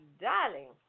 darling